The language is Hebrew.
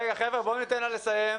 רגע, חבר'ה, בוא ניתן לה לסיים.